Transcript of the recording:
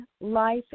Life